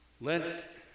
let